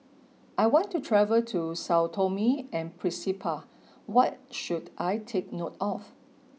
I want to travel to Sao Tome and Principe what should I take note of